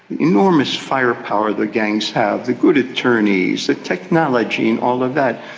enormous firepower the gangs have, the good attorneys, the technology and all of that?